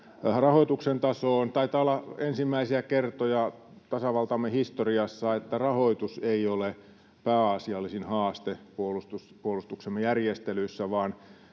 rahoituksen tasoon. Taitaa olla ensimmäisiä kertoja tasavaltamme historiassa, että rahoitus ei ole pääasiallisin haaste puolustuksemme järjestelyissä,